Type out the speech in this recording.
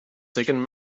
second